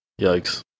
yikes